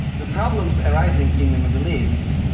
the problems arising in the middle east